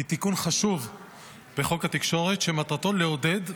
היא תיקון חשוב בחוק התקשורת שמטרתו לעודד,